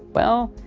well,